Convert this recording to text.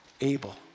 Abel